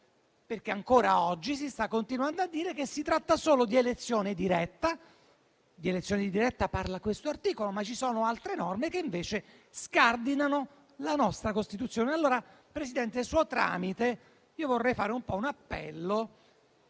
perché ancora oggi si sta continuando a dire che si tratta solo di elezione diretta, di cui parla questo articolo, ma ci sono altre norme che invece scardinano la nostra Costituzione. Signor Presidente, per suo tramite vorrei fare un appello